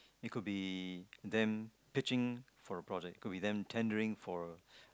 if could be them pitching for the project could be them tendering for